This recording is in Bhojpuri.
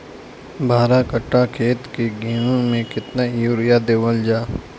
बारह कट्ठा खेत के गेहूं में केतना यूरिया देवल जा?